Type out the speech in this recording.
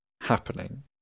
happening